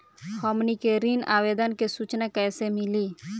हमनी के ऋण आवेदन के सूचना कैसे मिली?